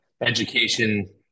education